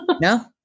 No